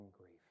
grief